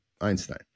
Einstein